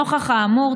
נוכח האמור,